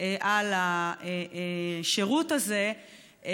על השירות הזה,